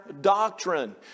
doctrine